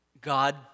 God